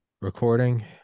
recording